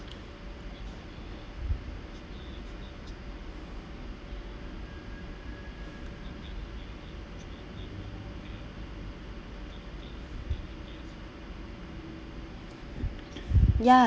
ya